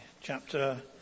chapter